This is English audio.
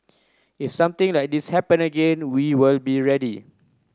if something like this happen again we will be ready